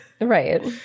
Right